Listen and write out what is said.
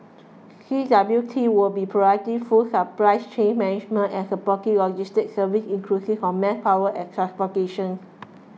C W T will be providing full supplies chain management and supporting logistic services inclusive of manpower and transportation